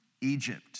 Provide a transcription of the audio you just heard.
Egypt